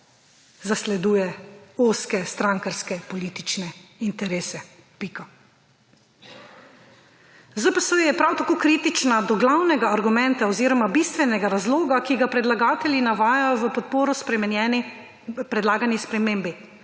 zasleduje ozke strankarske politične interese, pika. ZPS je prav tako kritična do glavnega argumenta oziroma bistvenega razloga, ki ga predlagatelji navajajo v podporo spremenjeni, predlagani spremembi.